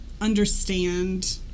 understand